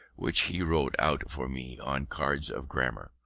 which he wrote out for me on cards. of grammar,